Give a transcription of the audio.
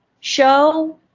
show